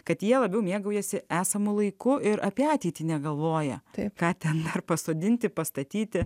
kad jie labiau mėgaujasi esamu laiku ir apie ateitį negalvoja tai ką ten pasodinti pastatyti